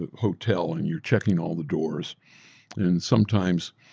ah hotel and you're checking all the doors and sometimes,